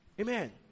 Amen